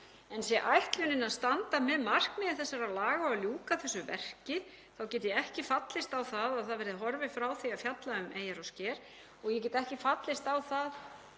En sé ætlunin að standa með markmiði þessara laga og að ljúka þessu verki þá get ég ekki fallist á að það verði horfið frá því að fjalla um eyjar og sker og ég get ekki fallist á það